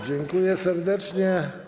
Dziękuję serdecznie.